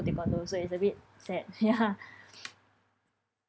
taekwondo so it's a bit sad ya